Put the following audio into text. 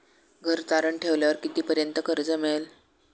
घर तारण ठेवल्यावर कितीपर्यंत कर्ज मिळेल?